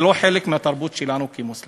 כמו כן,